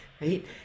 right